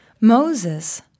Moses